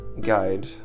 guide